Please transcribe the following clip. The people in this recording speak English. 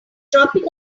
tropic